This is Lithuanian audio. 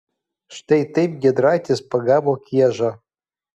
štai taip giedraitis pagavo kiežą